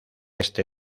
este